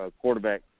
quarterback